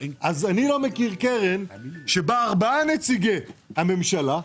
אני לא מכיר קרן שבה יש ארבעה נציגי הממשלה,